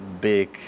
big